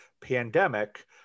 pandemic